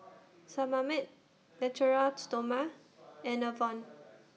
Sebamed Natura Stoma and Enervon